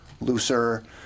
looser